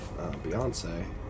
beyonce